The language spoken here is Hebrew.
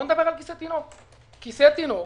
כיסא תינוק